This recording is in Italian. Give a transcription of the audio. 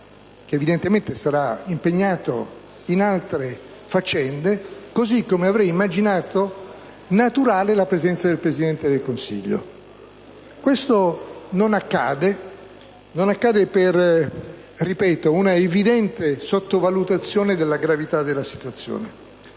che evidentemente sarà impegnato in altre faccende, così come avrei immaginato naturale la presenza del Presidente del Consiglio. Ciò non accade per - ripeto - un'evidente sottovalutazione della gravità della situazione.